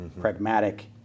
pragmatic